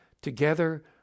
Together